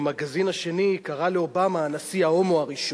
המגזין השני קרא לאובמה "הנשיא ההומו הראשון".